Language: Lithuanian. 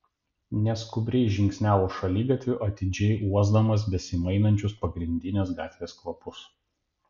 neskubriai žingsniavo šaligatviu atidžiai uosdamas besimainančius pagrindinės gatvės kvapus